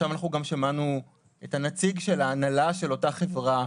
עכשיו אנחנו גם שמענו את הנציג של ההנהלה של אותה חברה.